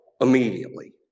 immediately